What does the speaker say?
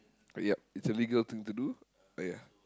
yup it's a legal thing to do ah ya